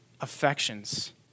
affections